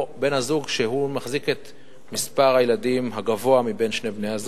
או בן-הזוג שבחזקתו מספר הילדים הגבוה יותר,